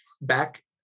back